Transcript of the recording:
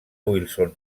wilson